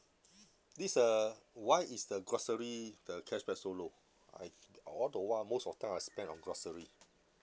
this uh why is the grocery the cashback so low I all the while most of time I spend on grocery